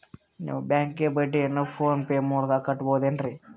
ನಾವು ಬ್ಯಾಂಕಿಗೆ ಬಡ್ಡಿಯನ್ನು ಫೋನ್ ಪೇ ಮೂಲಕ ಕಟ್ಟಬಹುದೇನ್ರಿ?